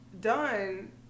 done